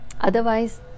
otherwise